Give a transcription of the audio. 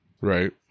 Right